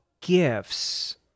gifts